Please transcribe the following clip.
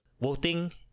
Voting